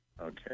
Okay